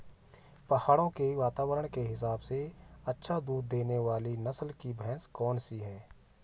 पहाड़ों के वातावरण के हिसाब से अच्छा दूध देने वाली नस्ल की भैंस कौन सी हैं?